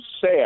sad